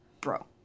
bro